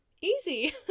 easy